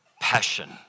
passion